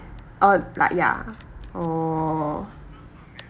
oh like ya oh